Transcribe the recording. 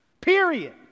Period